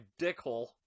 dickhole